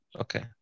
Okay